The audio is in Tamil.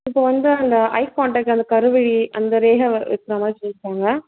இப்போ வந்து அந்த ஐ காண்டாக்ட் அந்த கருவிழி அந்த ரேகை வ வைக்கிறா மாதிரி சொல்லிருக்காங்க